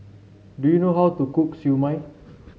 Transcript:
do you know how to cook Siew Mai